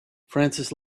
francis